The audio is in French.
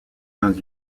dans